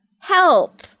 Help